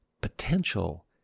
potential